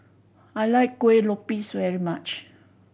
I like Kuih Lopes very much